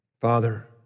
Father